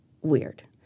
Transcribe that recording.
weird